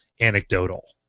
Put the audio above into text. anecdotal